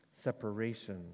separation